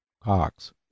Cox